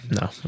No